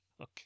Okay